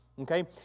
Okay